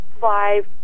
five